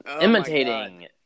imitating